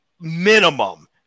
minimum